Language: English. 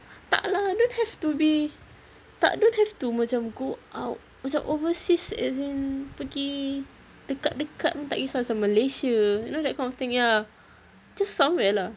tak lah don't have to be tak don't have to macam go out macam overseas as in pergi dekat dekat pun tak kesah macam malaysia you know that kind of thing ya just somewhere lah